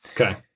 Okay